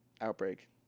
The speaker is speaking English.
Outbreak